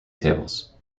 tables